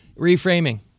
Reframing